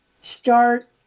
start